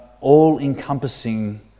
all-encompassing